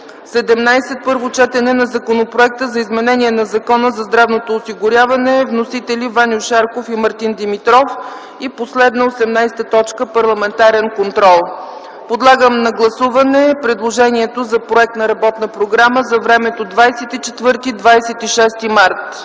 17. Първо четене на законопроекта за изменение на Закона за здравното осигуряване. Вносители: Ваньо Шарков и Мартин Димитров. 18. Парламентарен контрол. Подлагам на гласуване предложения проект за работна програма за времето 24-26 март